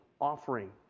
offering